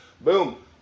Boom